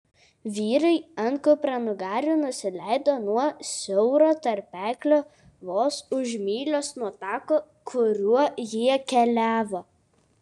vyrai ant kupranugarių nusileido nuo siauro tarpeklio vos už mylios nuo tako kuriuo jie keliavo